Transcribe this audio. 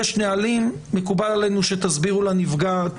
יש נהלים מקובל עלינו שתסבירו לנפגעת